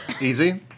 Easy